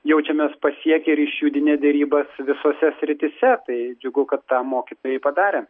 jaučiamės pasiekę ir išjudinę derybas visose srityse tai džiugu kad tą mokytojai padarė